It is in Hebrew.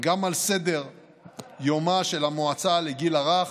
גם על סדר-יומה של המועצה לגיל הרך,